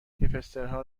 هیپسترها